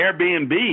Airbnb